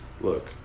Look